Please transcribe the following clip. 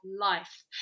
life